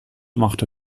machte